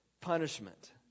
punishment